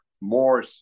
more